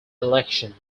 election